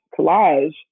collage